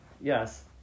Yes